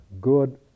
good